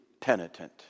penitent